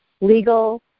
legal